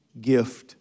gift